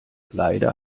leider